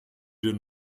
dir